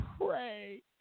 pray